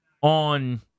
on